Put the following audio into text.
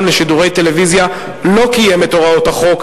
לשידורי טלוויזיה לא קיים את הוראות החוק,